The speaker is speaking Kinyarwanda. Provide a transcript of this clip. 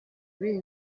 ibihe